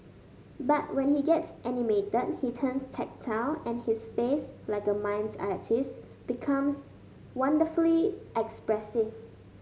but when he gets animated he turns tactile and his face like a mime artist's becomes wonderfully expressive